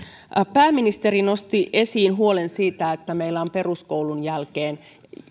pääministeri nosti esiin huolen siitä että meillä on peruskoulun jälkeen